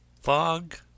Fog